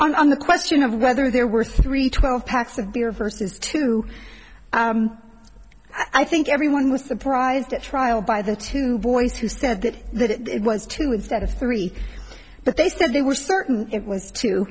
story on the question of whether there were three twelve packs of beer versus two i think everyone was surprised at trial by the two boys who said that that it was two instead of three but they said they were certain it was t